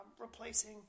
replacing